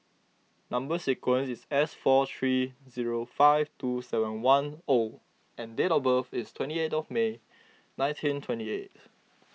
Number Sequence is S four three zero five two seven one O and date of birth is twenty eight of May nineteen twenty eighth